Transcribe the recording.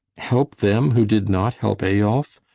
help them, who did not help eyolf!